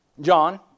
John